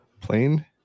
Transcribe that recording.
plane